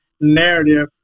Narrative